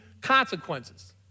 consequences